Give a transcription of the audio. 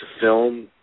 Film